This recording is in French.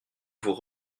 vous